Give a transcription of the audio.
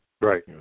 right